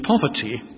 poverty